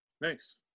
Nice